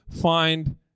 find